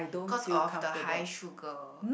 cause of the high sugar